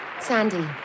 Sandy